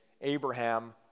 Abraham